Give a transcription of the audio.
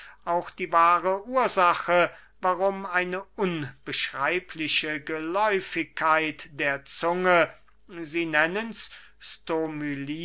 auch die wahre ursache warum eine unbeschreibliche geläufigkeit der zunge sie nennens